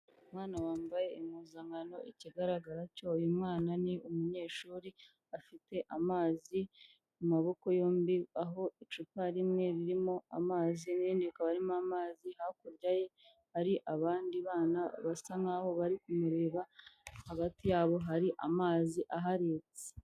Umwana wambaye impuzankano, ikigaragara cyo uyu mwana ni umunyeshuri, afite amazi mu maboko yombi aho icupa rimwe ririmo amazi n'irindi rikaba ririmo amazi, hakurya ye hari abandi bana basa nkaho bari kumureba hagati yabo hari amazi aharetse.